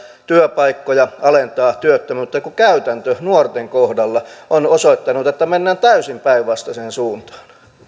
työpaikkoja alentaa työttömyyttä kun käytäntö nuorten kohdalla on osoittanut että mennään täysin päinvastaiseen suuntaan